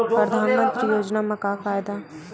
परधानमंतरी योजना म का फायदा?